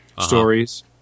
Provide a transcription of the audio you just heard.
stories